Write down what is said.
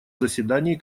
заседании